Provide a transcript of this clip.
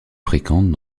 fréquente